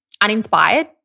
uninspired